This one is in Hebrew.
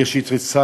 מאיר שטרית,